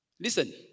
Listen